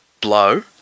blow